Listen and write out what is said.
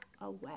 away